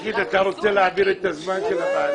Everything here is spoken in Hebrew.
תגיד, אתה רוצה להעביר את הזמן של הוועדה?